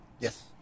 Yes